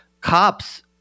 cops